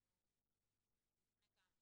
עלה כבר.